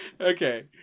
Okay